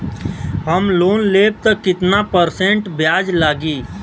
हम लोन लेब त कितना परसेंट ब्याज लागी?